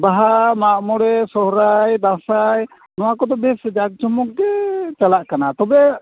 ᱵᱟᱦᱟ ᱢᱟᱜᱢᱚᱬᱮ ᱥᱚᱦᱚᱨᱟᱭ ᱫᱟᱸᱥᱟᱭ ᱱᱚᱣᱟᱠᱚᱫᱚ ᱵᱮᱥ ᱡᱟᱸᱠ ᱡᱚᱢᱚᱠ ᱜᱮ ᱪᱟᱞᱟᱜ ᱠᱟᱱᱟ ᱛᱚᱵᱮ